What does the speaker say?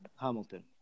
Hamilton